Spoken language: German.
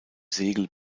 segel